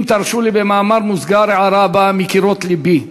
אם תרשו לי, במאמר מוסגר, ההערה באה מקירות לבי,